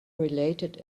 related